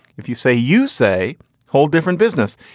if you say you say whole different business.